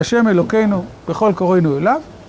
‫בשם אלוקינו, בכל קוראינו אליו.